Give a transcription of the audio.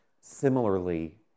Similarly